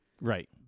Right